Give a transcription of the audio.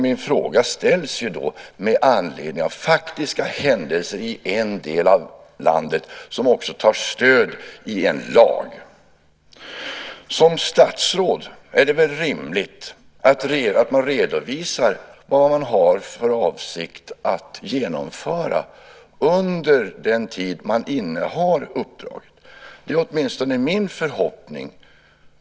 Min fråga ställs med anledning av faktiska händelser i en del av landet, där man också tar stöd i en lag. Som statsråd är det väl rimligt att man redovisar vad man har för avsikt att genomföra under den tid man innehar uppdraget? Det är åtminstone min förhoppning.